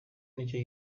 nicyo